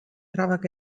trabak